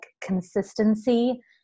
consistency